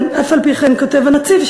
כותב הנצי"ב,